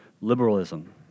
liberalism